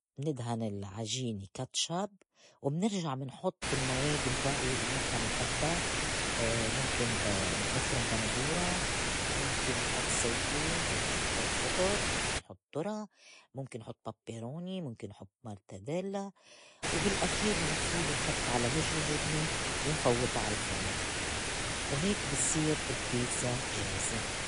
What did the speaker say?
مندْهَن العجينة كاتشب و منرجع منحُط المواد البائية الّي نحن منحبّا مُمكن نِفرُم بندورة، مُمكن نحُط زيتون، مُمكن نحُط فطُر، ممكن نحط دُرة، مُمكن نحط pepperoni، مُمكن نحُط مارتديلّا وبالأخير مفروض نحُط على وجّا جِبنة ومن فوّتا عال فُرُن وهيك بتصير البيتزا جاهزة.